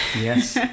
yes